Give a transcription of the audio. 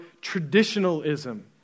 traditionalism